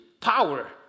power